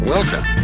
Welcome